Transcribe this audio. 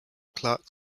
clark